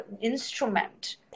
instrument